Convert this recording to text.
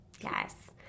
Yes